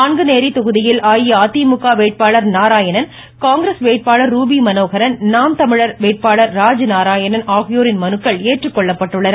நாங்குநேரி தொகுதியில் அஇஅதிமுக வேட்பாளர் நாராயணன் காங்கிரஸ் வேட்பாளர் ரூபி மனோகரன் நாம் தமிழர் வேட்பாளர் ராஜ் நாராயணன் மனுக்கள் ஏற்றுக்கொள்ளப்பட்டுள்ளன